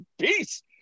peace